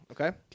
okay